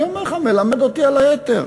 אני אומר לך, מלמד אותי על היתר,